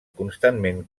constantment